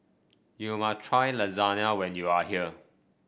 you must try Lasagne when you are here